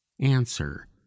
answer